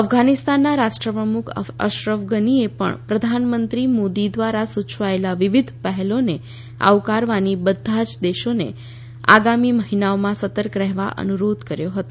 અફઘાનિસ્તાનના રાષ્ટ્રપ્રમુખ અશરફ ઘનીએ પણ પ્રધાનમંત્રી મોદી દ્વારા સુચવાયેલી વિવિધ પહેલોને આવકારીને બધા જ દેશોને આગામી મહિનાઓમાં સતર્ક રહેવા અનુરોધ કર્યો હતો